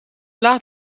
laat